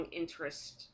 interest